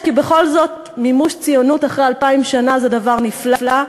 כי בכל זאת מימוש ציונות אחרי אלפיים שנה זה דבר נפלא,